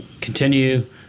Continue